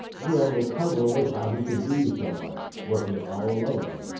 the only puzzle was how he could do so much, working all alone,